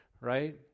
right